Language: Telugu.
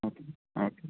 ఓకే అండి ఓకే అండి